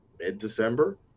mid-December